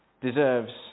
deserves